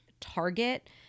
target